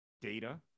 data